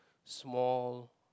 small